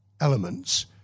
elements